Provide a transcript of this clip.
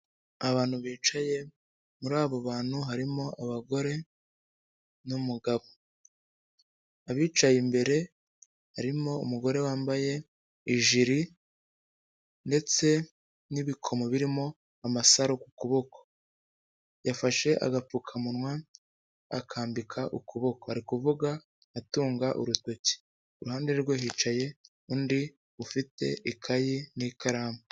Abantu bicaye, muri abo bantu harimo abagore n'umugabo, abicaye imbere harimo umugore wambaye ijire ndetse n'ibikomo birimo amasaro ku kuboko, yafashe agapfukamunwa akambika ukuboko, ari kuvuga atunga urutoki, iruhande rwe hicaye undi ufite ikayi n'ikaramu.